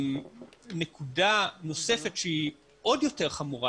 נקודה נוספת שהיא עוד יותר חמורה,